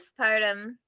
postpartum